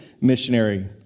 missionary